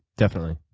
definitely.